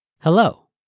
Hello